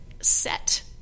set